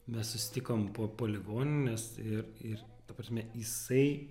mes susitikom po po ligoninės ir ir ta prasme jisai